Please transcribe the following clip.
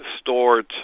stored